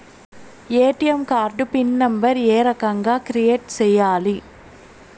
ATM card PIN number ఏ రకంగా create సేయాలి